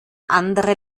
andere